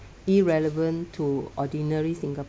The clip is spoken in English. irrelevant to ordinary